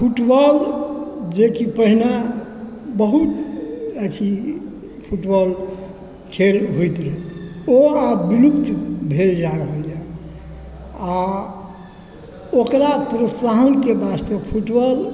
football जेकि पहिने बहुत अथी फुटबॉल खेल होइत रहै ओ आब विलुप्त भेल जा रहल यऽ आ ओकरा प्रोत्साहनके वास्ते फुटबॉल